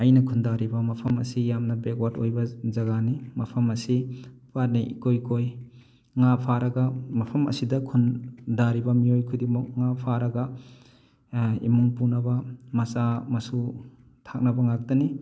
ꯑꯩꯅ ꯈꯨꯟꯗꯥꯔꯤꯕ ꯃꯐꯝ ꯑꯁꯤ ꯌꯥꯝꯅ ꯕꯦꯛꯋꯥꯗ ꯑꯣꯏꯕ ꯖꯒꯥꯅꯤ ꯃꯐꯝ ꯑꯁꯤ ꯄꯥꯠꯅ ꯏꯀꯣꯏ ꯀꯣꯏ ꯉꯥ ꯐꯥꯔꯒ ꯃꯐꯝ ꯑꯁꯤꯗ ꯈꯨꯟꯗꯥꯔꯤꯕ ꯃꯤꯑꯣꯏ ꯈꯨꯗꯤꯡꯃꯛ ꯉꯥ ꯐꯥꯔꯒ ꯏꯃꯨꯡ ꯄꯨꯅꯕ ꯃꯆꯥ ꯃꯁꯨ ꯊꯥꯛꯅꯕ ꯉꯥꯛꯇꯅꯤ